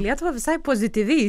lietuvą visai pozityviai